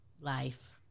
life